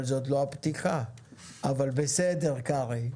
אבל זו עוד לא הפתיחה, אבל בסדר קרעי.